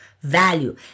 value